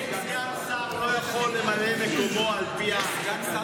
סגן שר לא יכול למלא את מקומו על פי התקנון.